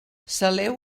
saleu